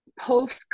post